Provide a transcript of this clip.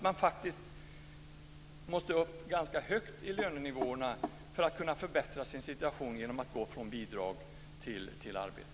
Man måste komma rätt högt upp i lönenivåerna för att kunna förbättra sin situation genom att gå från bidrag till arbete.